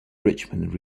richmond